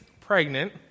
pregnant